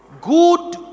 Good